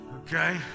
Okay